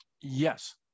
Yes